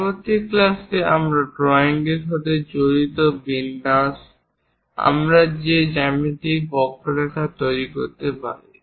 পরবর্তী ক্লাসে আমরা ড্রয়িং এর সাথে জড়িত বিন্যাস আমরা যে জ্যামিতিক বক্ররেখা তৈরি করতে পারি